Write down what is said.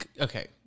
okay